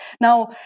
now